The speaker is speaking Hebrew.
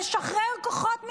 לשחרר משם כוחות.